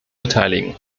beteiligen